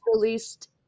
released